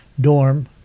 dorm